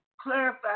clarify